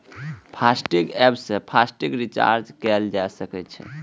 FASTag app सं FASTag recharge कैल जा सकै छै